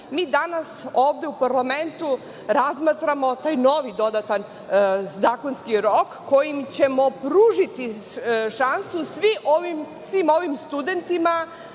mi danas ovde u parlamentu razmatramo taj novi dodatan zakonski rok, kojim ćemo pružiti šansu svim ovim studentima